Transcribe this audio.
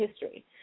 history